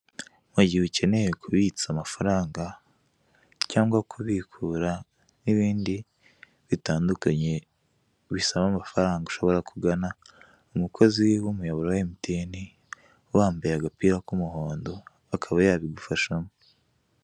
Mu gihe ukeneye kubitsa amafaranga cyangwa kubikura n'ibindi bitandukanye bisaba amafaranga, ushobora kugana umukozi w'umuyoboro wa emutiyene, uba wambaye agapira k'umuhondo akaba yabigufashamo.